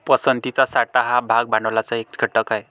पसंतीचा साठा हा भाग भांडवलाचा एक घटक आहे